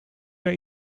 jij